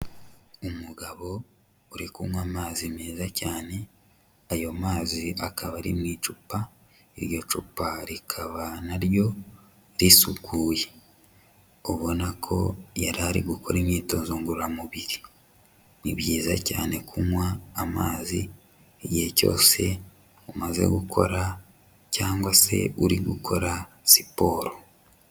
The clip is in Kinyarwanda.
Umugabo uri kunywa amazi meza cyane, ayo mazi akaba ari mu icupa, iryo cupa rikaba na ryo risukuye. Ubona ko yari ari gukora imyitozo ngororamubiri. Ni byiza cyane kunywa amazi igihe cyose umaze gukora cyangwa se uri gukora siporo.